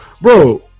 bro